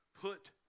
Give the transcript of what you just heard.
put